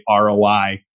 ROI